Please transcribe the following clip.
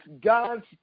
God's